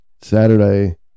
saturday